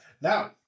now